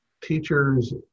teachers